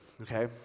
okay